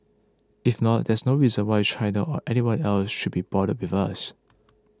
if not there's no reason why China or anyone else should be bothered with us